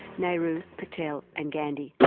nehru, patel and gandhi,